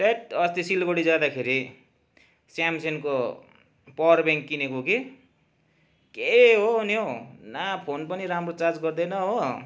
that अस्ति सिलगडी जाँदाखेरि सेमसङको पावर ब्याङ्क किनेको कि के हो नि हो न फोन पनि राम्रो चार्ज गर्दैन हो